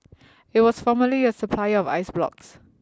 it was formerly a supplier of ice blocks